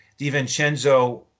DiVincenzo